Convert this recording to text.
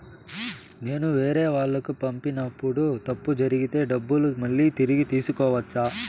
నేను వేరేవాళ్లకు పంపినప్పుడు తప్పులు జరిగితే డబ్బులు మళ్ళీ తిరిగి తీసుకోవచ్చా?